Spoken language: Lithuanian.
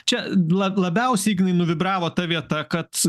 čia la labiausiai ignai nuvibravo ta vieta kad